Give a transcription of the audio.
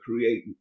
creating